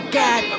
God